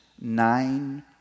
nine